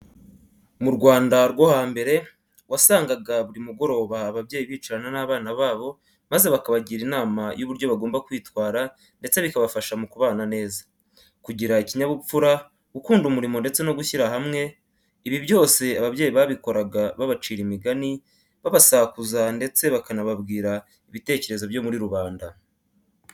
Mu Rwanda rwo hambere, wasangaga buri mugoroba ababyeyi bicarana n'abana babo maze bakabagira inama y'uburyo bagomba kwitwara ndetse bikabafasha mu kubana neza, kugira ikinyabupfura, gukunda umurimo ndetse no gushyira hamwe. Ibi byose ababyeyi babikoraga babacira imigani, babasakuza ndetse bakanababwira ibitekerezo byo muri rubanda.